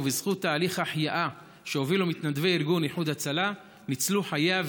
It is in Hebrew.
ובזכות תהליך החייאה שהובילו מתנדבי ארגון איחוד הצלה ניצלו חייה,